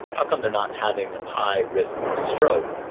how come they are not having the high risks of stroke?